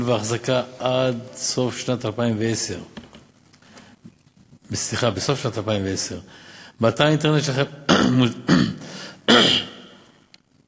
והאחזקה בסוף שנת 2010. באתר האינטרנט של החברה מוצג הסכם